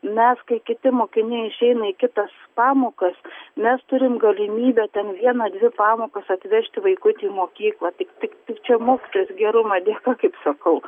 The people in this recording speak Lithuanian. mes kai kiti mokiniai išeina į kitas pamokas mes turim galimybę ten vieną dvi pamokas atvežti vaikutį į mokyklą tik tik tik čia mokytojos gerumo dėka kaip sakau